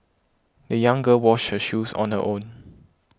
the young girl washed her shoes on her own